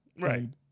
Right